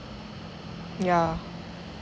yeah